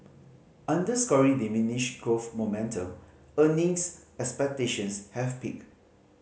underscoring diminished growth momentum earnings expectations have peaked